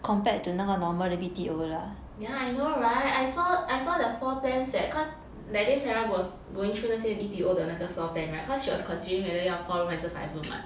ya I know [right] I saw I saw the floor plans that cause that day sarah was going through 那些 B_T_O 的那个 floor plan [right] cause she was considering whether 要 four room 还是 five room [what]